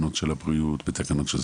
של בריאות ועוד.